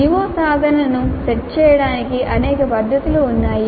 CO సాధనను set చేయడానికి అనేక పద్ధతులు ఉన్నాయి